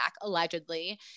allegedly